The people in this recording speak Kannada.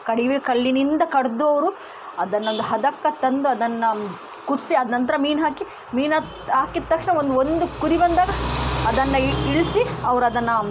ಕಡೆವ ಕಲ್ಲಿನಿಂದ ಕಡೆದು ಅವರು ಅದನ್ನೊಂದು ಹದಕ್ಕೆ ತಂದು ಅದನ್ನು ಕುದಿಸಿ ಅದ ನಂತ್ರ ಮೀನು ಹಾಕಿ ಮೀನಾಕಿ ಹಾಕಿದ್ ತಕ್ಷಣ ಒಂದು ಒಂದು ಕುದಿ ಬಂದಾಗ ಅದನ್ನು ಇಳ್ ಇಳಿಸಿ ಅವರದನ್ನ